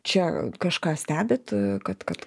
čia kažką stebit kad kad